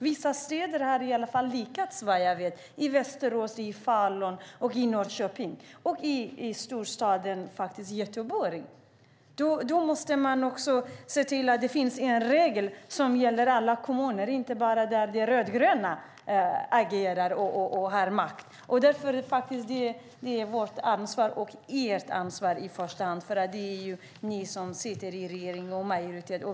Vissa städer har i alla fall lyckats, vad jag vet: Västerås, Falun, Norrköping och faktiskt storstaden Göteborg. Man måste se till att det finns en regel som gäller alla kommuner, inte bara de där de rödgröna agerar och har makt. Det är faktiskt vårt ansvar och ert ansvar i första hand, för det är ni som sitter i regeringen och har majoritet.